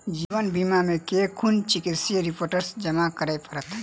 जीवन बीमा मे केँ कुन चिकित्सीय रिपोर्टस जमा करै पड़त?